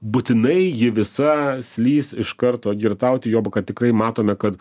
būtinai ji visa slys iš karto girtauti juoba kad tikrai matome kad